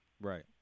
Right